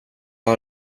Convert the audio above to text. har